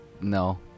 no